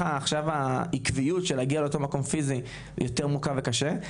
עכשיו העקביות שלהגיע לאותו מקום פיזי יותר מורכב וקשה,